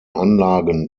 anlagen